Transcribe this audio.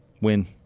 Win